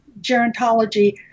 gerontology